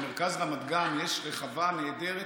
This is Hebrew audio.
במרכז רמת גן יש רחבה נהדרת.